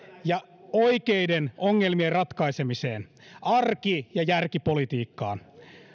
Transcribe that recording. ja oikeiden ongelmien ratkaisemiseen arki ja järkipolitiikkaan